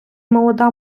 молода